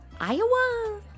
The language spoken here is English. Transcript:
Iowa